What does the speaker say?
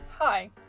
Hi